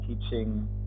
teaching